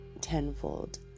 tenfold